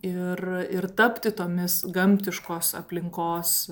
ir ir tapti tomis gamtiškos aplinkos